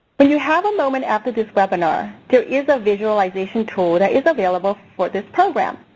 when you have a moment after this webinar, there is a visualization tool that is available for this program.